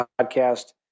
podcast